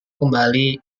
kembali